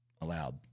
allowed